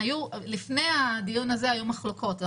לפני הדיון הזה היו מחלוקות.